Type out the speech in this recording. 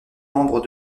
membre